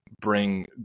bring